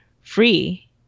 free